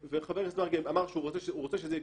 וחבר הכנסת מרגי אמר שהוא רוצה שזה יקרה.